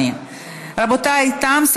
בהצעת חוק תאגידי מים וביוב בדבר פיצול